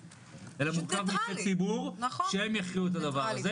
אלא מורכב מאנשי ציבור שהם יכריעו את הדבר הזה,